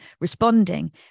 responding